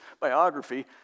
biography